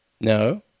No